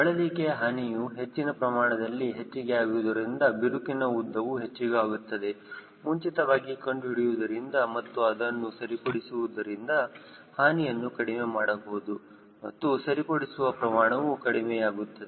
ಬಳಲಿಕೆಯ ಹಾನಿಯು ಹೆಚ್ಚಿನ ಪ್ರಮಾಣದಲ್ಲಿ ಹೆಚ್ಚಿಗೆ ಆಗುವುದರಿಂದ ಬಿರುಕಿನ ಉದ್ದವು ಹೆಚ್ಚಿಗೆ ಆಗುತ್ತದೆ ಮುಂಚಿತವಾಗಿ ಕಂಡು ಹಿಡಿಯುವುದರಿಂದ ಮತ್ತು ಅದನ್ನು ಸರಿಪಡಿಸುವುದುರಿಂದ ಹಾನಿಯನ್ನು ಕಡಿಮೆ ಮಾಡಬಹುದು ಮತ್ತು ಸರಿಪಡಿಸುವ ಪ್ರಮಾಣವು ಕಡಿಮೆಯಾಗುತ್ತದೆ